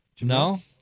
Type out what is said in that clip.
No